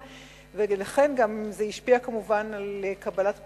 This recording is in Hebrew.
ולכן זה השפיע כמובן על קבלת הפנים,